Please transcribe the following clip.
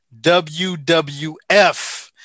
WWF